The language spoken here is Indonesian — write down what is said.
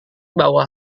bahwa